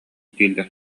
дииллэр